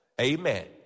Amen